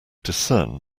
discern